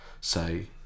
say